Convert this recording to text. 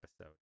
episode